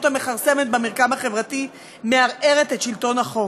מכרסמות במרקם החברתי ומערערות את שלטון החוק.